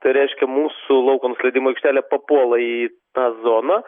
tai reiškia mūsų lauko nusileidimo aikštelė papuola į tą zoną